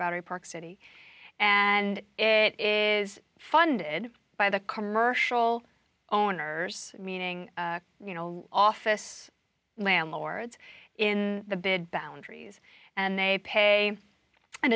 a park city and it is funded by the commercial owners meaning you know office landlords in the bid boundaries and they pay an